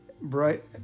bright